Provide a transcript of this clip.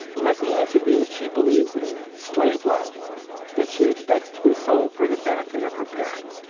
let the answer be that she believes in slave love that she expects to be sold for the benefit of her parents,